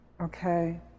okay